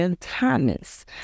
Thomas